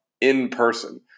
in-person